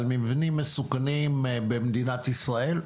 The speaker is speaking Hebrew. על מבנים מסוכנים במדינת ישראל.